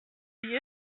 die